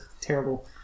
terrible